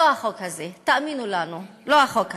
לא החוק הזה, תאמינו לנו, לא החוק הזה,